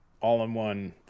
all-in-one